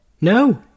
No